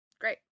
Great